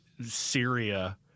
Syria